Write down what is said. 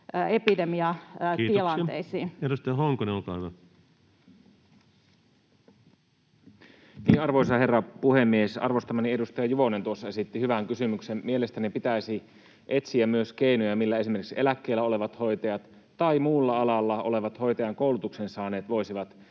terveysministeriön hallinnonala Time: 15:23 Content: Arvoisa herra puhemies! Arvostamani edustaja Juvonen tuossa esitti hyvän kysymyksen. Mielestäni pitäisi etsiä myös keinoja, millä esimerkiksi eläkkeellä olevat hoitajat tai muulla alalla olevat hoitajan koulutuksen saaneet voisivat